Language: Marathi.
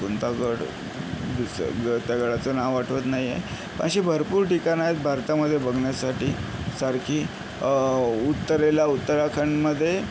कोणता गड दिसं गड त्या गडाचं नाव आठवत नाही आहे अशी भरपूर ठिकाणं आहेत भारतामध्ये बघण्यासाठी सारखी उत्तरेला उत्तराखंडमध्ये